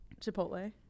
Chipotle